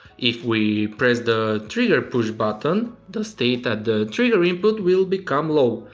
if we press the trigger push button the state that the trigger input will become low,